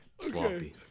Sloppy